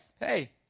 hey